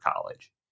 college